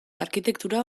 arkitektura